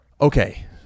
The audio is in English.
Okay